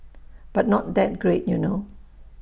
but not that great you know